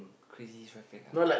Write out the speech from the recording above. crazy traffic ah